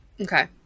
Okay